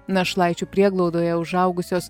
našlaičių prieglaudoje užaugusios